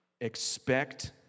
expect